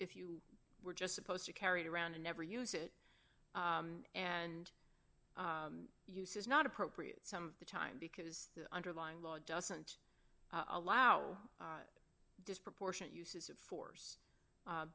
if you were just supposed to carry it around and never use it and use is not appropriate some of the time because the underlying law doesn't allow disproportionate use of force